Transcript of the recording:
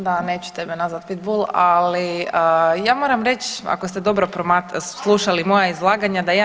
Da nećete me nazvat pitbull, ali ja moram reć ako ste dobro slušali moja izlaganja, da ja